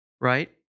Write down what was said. right